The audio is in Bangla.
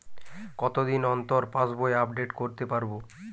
কতদিন অন্তর পাশবই আপডেট করতে পারব?